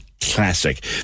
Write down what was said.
classic